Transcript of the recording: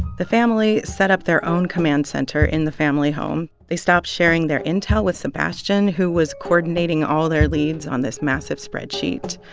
the family set up their own command center in the family home. they stopped sharing their intel with sebastian, who was coordinating all their leads on this massive spreadsheet.